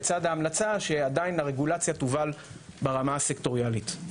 לצד ההמלצה שעדיין הרגולציה תובל ברמה הסקטוריאלית.